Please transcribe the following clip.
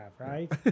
Right